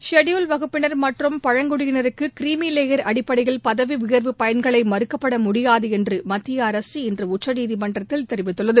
scheduled வகுப்பினர் மற்றும் பழங்குடியினருக்கு கிரிமிலேயர் அடிப்படையில் பதவி உயர்வு பயன்களை மறுக்கப்பட முடியாது என்று மத்திய அரசு இன்று உச்சநீதிமன்றத்தில் தெரிவித்துள்ளது